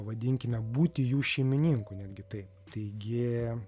pavadinkime būti jų šeimininku netgi tai taigi